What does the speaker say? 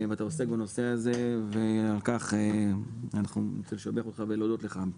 אתה עוסק בנושא הזה ועל כך אני רוצה לשבח אותך ולהודות לך.